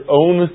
own